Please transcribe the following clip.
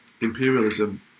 imperialism